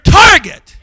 target